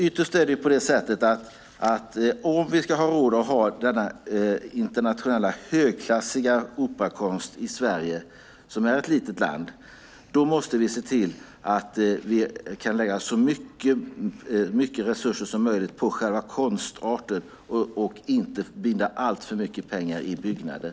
Ytterst är det på det sättet att om vi ska ha råd att ha denna internationella högklassiga operakonst i Sverige, som är ett litet land, måste vi se till att vi kan lägga så mycket resurser som möjligt på själva konstarten och inte binda allt för mycket pengar i byggnader.